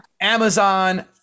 Amazon